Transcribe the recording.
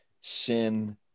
sin